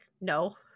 no